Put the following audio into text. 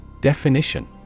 Definition